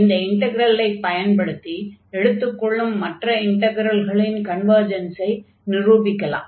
இந்த இன்டக்ரலை பயன்படுத்தி எடுத்துக்கொள்ளும் மற்ற இன்டக்ரல்களின் கன்வர்ஜன்ஸை நிரூபிக்கலாம்